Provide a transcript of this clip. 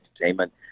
entertainment